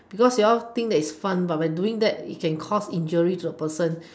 because they all think that is fun but by doing that it can cause injury to a person